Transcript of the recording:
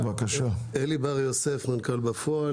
אלי בר-יוסף, אני המנכ"ל בפועל.